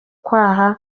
kwaha